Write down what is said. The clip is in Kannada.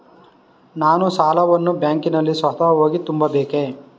ನಾನು ಸಾಲವನ್ನು ಬ್ಯಾಂಕಿನಲ್ಲಿ ಸ್ವತಃ ಹೋಗಿ ತುಂಬಬೇಕೇ?